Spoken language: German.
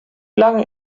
lange